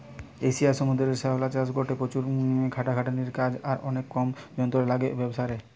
এশিয়ার সমুদ্রের শ্যাওলা চাষ গটে প্রচুর খাটাখাটনির কাজ আর অনেক কম যন্ত্র লাগে ঔ ব্যাবসারে